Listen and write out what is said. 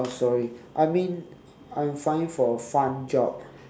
oh sorry I mean I'm finding for a fun job